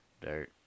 dirt